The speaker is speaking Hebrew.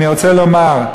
אני רוצה לומר: